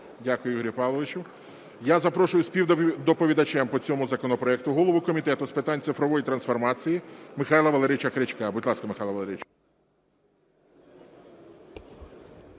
Дякую, Ігорю Павловичу. Я запрошую співдоповідачем по цьому законопроекту голову Комітету з питань цифрової трансформації Михайла Валерійовича Крячка. Будь ласка, Михайло Валерійович.